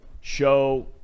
show